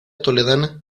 toledana